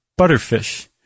butterfish